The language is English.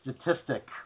statistic